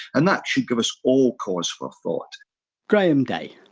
and that should give us all cause for thought graham day.